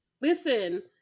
Listen